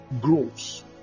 grows